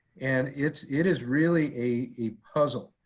and it it is really a puzzle.